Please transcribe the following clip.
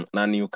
Nani